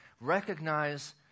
recognize